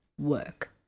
work